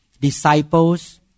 disciples